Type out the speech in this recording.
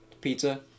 pizza